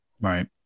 Right